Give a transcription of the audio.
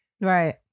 Right